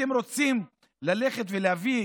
אתם רוצים ללכת ולהביא